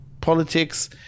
politics